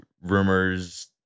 rumors